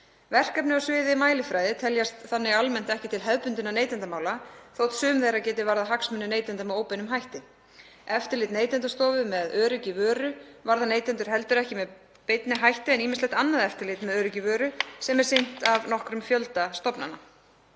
Verkefni á sviði mælifræði teljast þannig almennt ekki til hefðbundinna neytendamála þótt sum þeirra geti varðað hagsmuni neytenda með óbeinum hætti. Eftirlit Neytendastofu með öryggi vöru varðar neytendur heldur ekki með beinni hætti en ýmislegt annað eftirlit með öryggi vöru sem sinnt er af nokkrum fjölda stofnana.